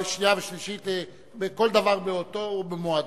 שנייה ושלישית, כל דבר בעתו ובמועדו.